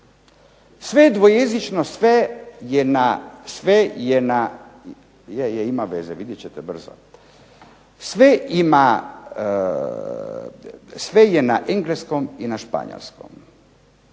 Sve ima, sve je na engleskom i na španjolskom.